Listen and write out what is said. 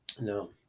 No